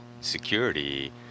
security